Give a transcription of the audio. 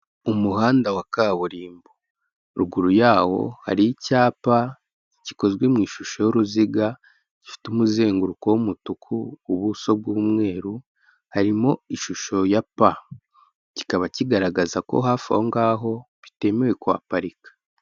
Umuhanda wa kaburimbo, ruguru yawo hari icyapa gikozwe mu ishusho y'uruziga, gifite umuzenguruko w'umutuku, ubuso bw'umweru, harimo ishusho ya p, kikaba kigaragaza ko hafi aho ngaho bitemewe kuhaparika.